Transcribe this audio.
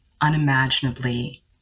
unimaginably